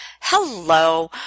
Hello